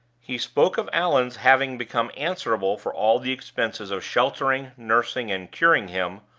he spoke of allan's having become answerable for all the expenses of sheltering, nursing, and curing him,